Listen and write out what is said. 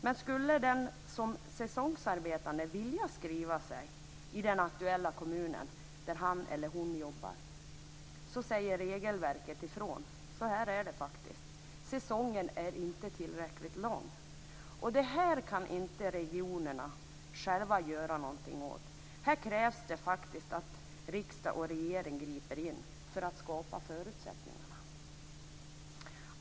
Men om den som säsongsarbetar skulle vilja skriva sig i den aktuella kommunen säger regelverket ifrån. Så är det faktiskt: Säsongen är inte tillräckligt lång. Detta kan regionerna inte själva göra någonting åt. Här krävs det att riksdag och regering griper in för att skapa förutsättningarna.